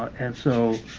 and so,